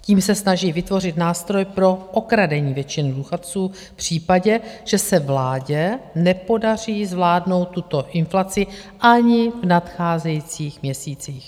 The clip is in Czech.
Tím se snaží vytvořit nástroj pro okradení většiny důchodců v případě, že se vládě nepodaří zvládnout tuto inflaci ani v nadcházejících měsících.